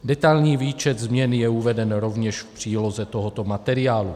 Detailní výčet změn je uveden rovněž v příloze tohoto materiálu.